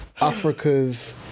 Africa's